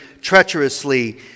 treacherously